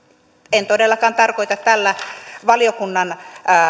en todellakaan tarkoita tällä valiokunnan